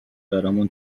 برامون